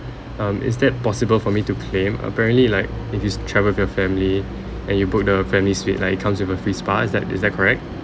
um is that possible for me to claim apparently like if it's travel with your family and you book the family's suite like it comes with a free spa is that is that correct